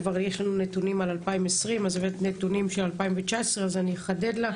כבר יש לנו נתונים על 2020 אז הבאת נתונים של 2019 אז אני אחדד לך.